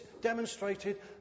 demonstrated